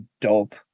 dope